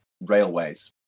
railways